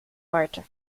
heute